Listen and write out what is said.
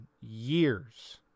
years